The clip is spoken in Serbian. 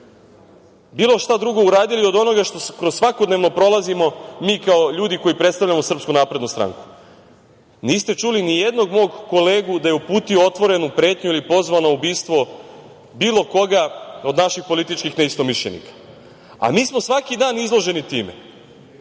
bilo šta drugo uradili od onoga kroz šta svakodnevno prolazimo mi kao ljudi koji predstavljamo SNS.Niste čuli nijednog mog kolegu da je uputio otvorenu pretnju ili pozvao na ubistvo bilo koga od naših političkih neistomišljenika, a mi smo svaki dan izloženi tome.